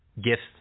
gifts